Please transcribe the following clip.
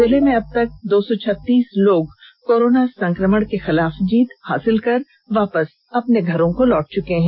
जिले में अब तक दो सौ छत्तीस लोग कोरोना संक्रमण के खिलाफ जीत हासिल कर वापस घर लौट चुके हैं